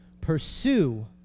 pursue